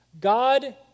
God